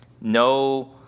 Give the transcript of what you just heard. No